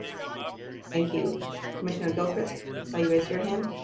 thank you, commissioner gilchrist, i saw you raise your hand?